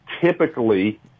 typically